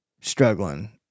struggling